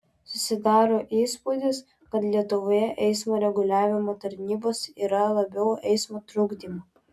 susidaro įspūdis kad lietuvoje eismo reguliavimo tarnybos yra labiau eismo trukdymo